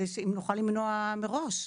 אם נוכל למנוע מראש.